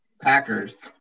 Packers